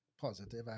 positive